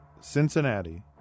Cincinnati